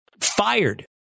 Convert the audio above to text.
fired